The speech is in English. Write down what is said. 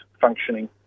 functioning